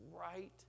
right